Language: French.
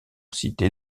cités